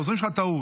העוזרים שלך טעו.